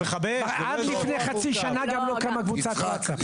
ועד לפני חצי שנה גם לא קמה קבוצת וואטסאפ.